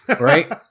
Right